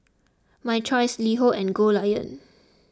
My Choice LiHo and Goldlion